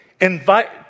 Invite